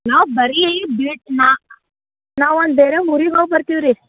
ನಾವು ಬರಿ ಐ ಬಿಡ್ ನಾವು ಒಂದು ದೇರ ಊರಿಗೆ ಹೋಗಿ ಬರ್ತೀವಿ ರೀ